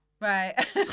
Right